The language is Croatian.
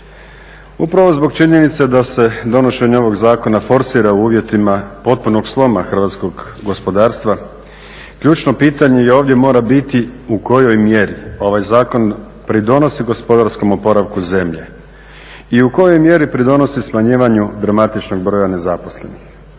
Upravo zbog činjenice da se donošenje ovog zakona forsira u uvjetima potpunog sloma hrvatskog gospodarstva ključno pitanje i ovdje mora biti u kojoj mjeri ovaj zakon pridonosi gospodarskom oporavku zemlje i u kojoj mjeri pridonosi smanjivanju dramatičnog broja nezaposlenih?